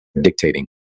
dictating